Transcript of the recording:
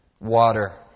water